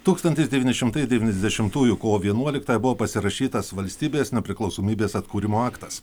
tūkstantis devyni šimtai devyniasdešimtųjų kovo vienuoliktąją buvo pasirašytas valstybės nepriklausomybės atkūrimo aktas